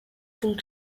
von